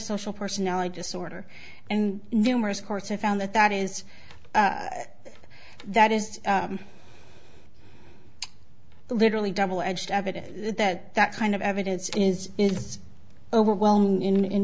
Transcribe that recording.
antisocial personality disorder and numerous courts have found that that is that is literally double edged evidence that that kind of evidence is is overwhelming in in